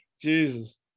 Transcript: Jesus